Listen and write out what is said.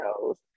shows